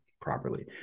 properly